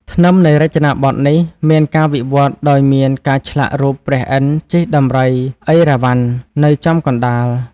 ធ្នឹមនៃរចនាបថនេះមានការវិវត្តដោយមានការឆ្លាក់រូបព្រះឥន្ទ្រជិះដំរីអីរ៉ាវ៉ាន់នៅចំកណ្តាល។